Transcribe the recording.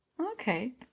Okay